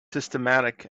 systematic